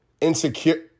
Insecure